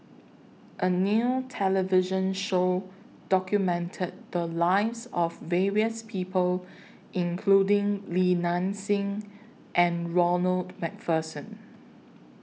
A New television Show documented The Lives of various People including Li Nanxing and Ronald MacPherson